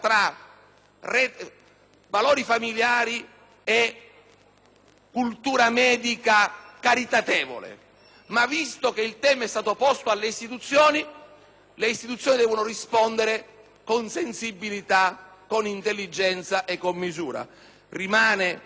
cultura medica caritatevole. Ma, visto che il tema è stato posto alle istituzioni, esse devono rispondere con sensibilità, con intelligenza e con misura. Rimane confermato il mio voto favorevole alla mozione Gasparri,